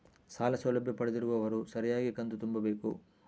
ಸಾಲ ಸೌಲಭ್ಯ ಪಡೆದಿರುವವರು ಸರಿಯಾಗಿ ಕಂತು ತುಂಬಬೇಕು?